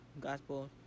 Gospel